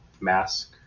mask